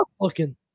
looking